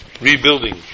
rebuilding